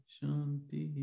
Shanti